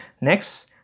Next